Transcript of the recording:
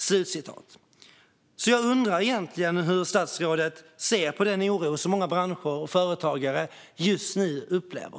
Jag undrar hur statsrådet ser på den oro som många branscher och företagare just nu upplever.